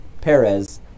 perez